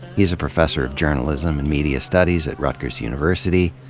he's a professor of journalism and media studies at rutgers university.